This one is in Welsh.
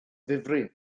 ddifrif